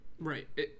Right